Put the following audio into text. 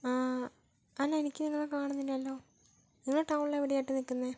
അല്ല എനിക്ക് നിങ്ങളെ കാണുന്നില്ലല്ലോ നിങ്ങള് ടൗണിൽ എവിടെയായിട്ടാണ് നില്ക്കുന്നത്